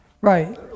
Right